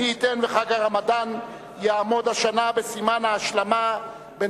מי ייתן וחג הרמדאן יעמוד השנה בסימן ההשלמה בין